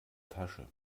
tasche